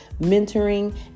mentoring